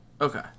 Okay